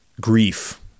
grief